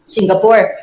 Singapore